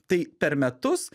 tai per metus